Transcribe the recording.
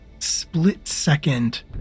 Split-second